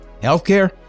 Healthcare